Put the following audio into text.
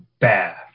bath